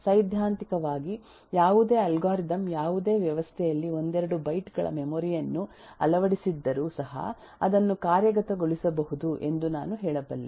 ಸೈದ್ಧಾಂತಿಕವಾಗಿ ಯಾವುದೇ ಅಲ್ಗಾರಿದಮ್ ಯಾವುದೇ ವ್ಯವಸ್ಥೆಯಲ್ಲಿ ಒಂದೆರಡು ಬೈಟ್ ಗಳ ಮೆಮೊರಿ ಯನ್ನು ಅಳವಡಿಸಿದ್ದರೂ ಸಹ ಅದನ್ನು ಕಾರ್ಯಗತಗೊಳಿಸಬಹುದು ಎಂದು ನಾನು ಹೇಳಬಲ್ಲೆ